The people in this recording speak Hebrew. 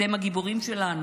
אתם הגיבורים שלנו.